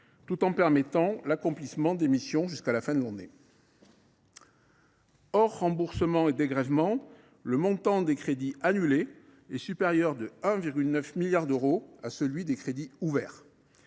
tout en permettant l’accomplissement des missions jusqu’à la fin de l’année. Hors remboursements et dégrèvements, le montant des crédits annulés est supérieur de 1,9 milliard d’euros à celui des crédits ouverts.